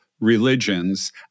religions